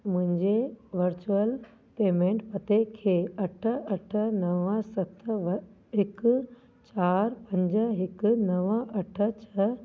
मुंहिंजे virtual payment पते खे अठ अठ नव सत हिकु चारि पंज हिकु नव अठ छह